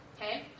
Okay